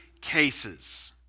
cases